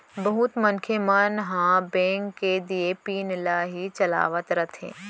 बहुत मनखे मन ह बेंक के दिये पिन ल ही चलावत रथें